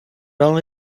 only